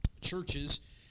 churches